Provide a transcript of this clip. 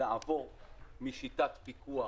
לעבור משיטת פיקוח